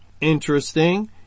interesting